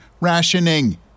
rationing